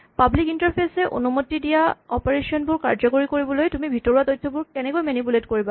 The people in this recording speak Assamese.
পাব্লিক ইন্টাৰফেচ এ অনুমতি দিয়া অপাৰেচন বোৰ কাৰ্যকৰী কৰিবলৈ তুমি ভিতৰোৱা তথ্যবোৰ কেনেকৈ মেনিপুলেট কৰিবা